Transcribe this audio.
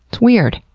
it's weird.